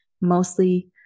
mostly